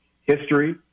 history